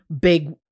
big